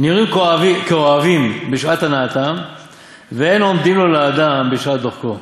נראין כאוהבין בשעת הנאתן ואין עומדין לו לאדם בשעת דחקו.